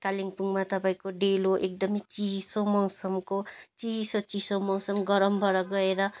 कालिम्पोङमा तपाईँको डेलो एकदम चिसो मौसमको चिसो चिसो मौसम गरमबाट गएर